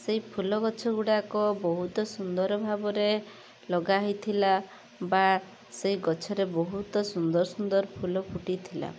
ସେଇ ଫୁଲ ଗଛ ଗୁଡ଼ାକ ବହୁତ ସୁନ୍ଦର ଭାବରେ ଲଗା ହେଇଥିଲା ବା ସେ ଗଛରେ ବହୁତ ସୁନ୍ଦର ସୁନ୍ଦର ଫୁଲ ଫୁଟିଥିଲା